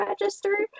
register